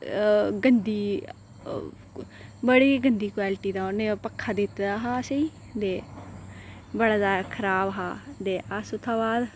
गंदी बड़ी गंदी क्वालिटी दा उन्ने ओह् पक्खा दित्ते दा हा असेंगी दे बड़ा जैदा खराब हा दे अस ओह्दे बाद